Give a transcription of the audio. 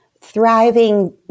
thriving